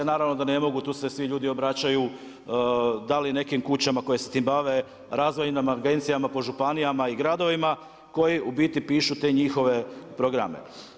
Naravno da ne mogu, tu se svi ljudi obraćaju, da i nekim kućama koje se tim bave, razvojnim agencijama po županijama i gradovima, koji u biti pišu te njihove programe.